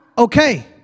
Okay